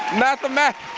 mathematics,